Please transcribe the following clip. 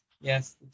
Yes